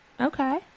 Okay